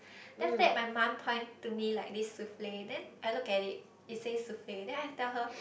then after that my mum point to me like this souffle then I look at it it says souffle then I tell her